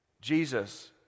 Jesus